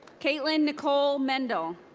caitlin nicole mendel.